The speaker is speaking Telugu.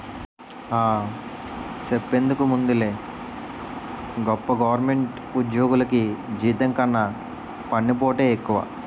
ఆ, సెప్పేందుకేముందిలే గొప్ప గవరమెంటు ఉజ్జోగులికి జీతం కన్నా పన్నుపోటే ఎక్కువ